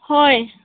ꯍꯣꯏ